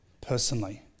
personally